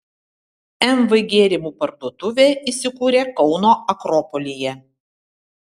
mv gėrimų parduotuvė įsikūrė kauno akropolyje